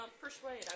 persuade